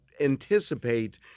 anticipate